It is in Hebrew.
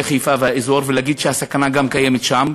חיפה והאזור ולהגיד שהסכנה גם קיימת שם,